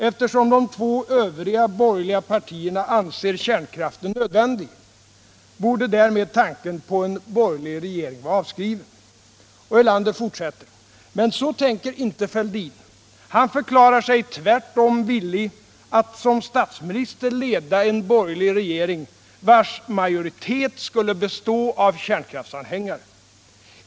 Eftersom de två övriga borgerliga partierna anser kärnkraften nödvändig borde därmed tanken på en borgerlig regering vara avskriven. Men så tänker inte Fälldin. Han förklarar sig tvärtom villig att som statsminister leda en borgerlig regering, vars majoritet skulle bestå av kärnkraftsanhängare.